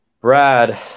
Brad